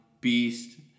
beast